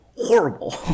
horrible